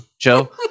Joe